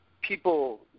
people